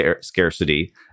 scarcity